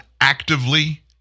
actively